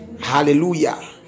Hallelujah